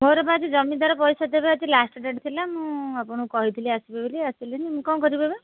ମୋର ପା ଆଜି ଜମିଦାର ପଇସା ଦେବେ ଆଜି ଲାଷ୍ଟଡ଼େଟ୍ ଥିଲା ମୁଁ ଆପଣଙ୍କୁ କହିଥିଲି ଆସିବି ବୋଲି ଆସିଲେନି ମୁଁ କ'ଣ କରିବି ଏବେ